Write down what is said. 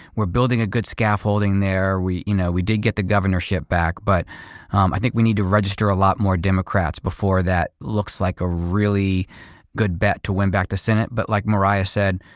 we're building a good scaffolding there. we you know we did get the governorship back, but um i think we need to register a lot more democrats before that looks like a really good bet to win back the senate. but like mariah said,